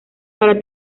para